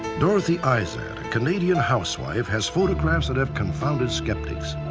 dorothy eizad, a canadian housewife, has photographs that have confounded skeptics.